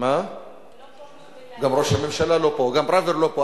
גם ראש הממשלה לא פה, גם פראוור לא פה.